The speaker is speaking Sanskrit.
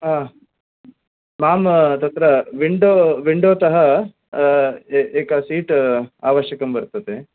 आं माम् तत्र विण्डो विण्डो तः ए एकं सीट् आवश्यकं वर्तते